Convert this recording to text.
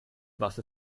was